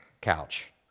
couch